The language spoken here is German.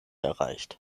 erreicht